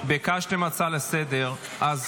-- ביקשתם הצעה לסדר-היום.